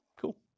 Cool